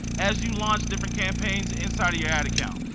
as you launch different campaigns inside of your ad account.